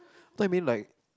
thought you mean like